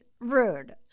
Rude